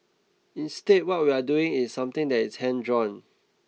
instead what we are doing is something that is hand drawn